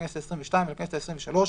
לכנסת העשרים ושתיים ולכנסת העשרים ושלוש,